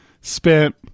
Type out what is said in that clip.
spent